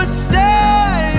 stay